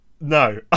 No